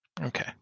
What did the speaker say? okay